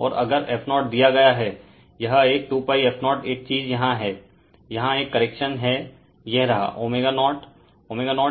और अगर f0 दिया गया है यह एक 2π f0 एक चीज यहाँ है यहाँ एक करेक्शन है यह रहा ω0 ω0